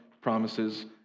promises